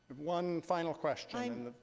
one final question.